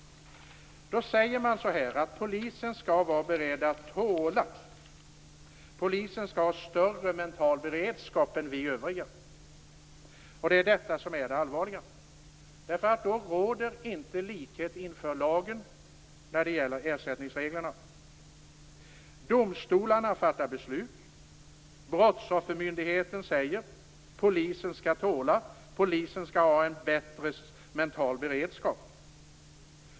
Då säger man att polisen skall vara beredd att tåla, att polisen skall ha större mental beredskap än vi övriga. Det är detta som är det allvarliga, därför att då råder inte likhet inför lagen när det gäller ersättningsreglerna. Domstolarna fattar beslut. Brottsoffermyndigheten säger att polisen skall tåla, att polisen skall ha en bättre mental beredskap.